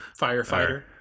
Firefighter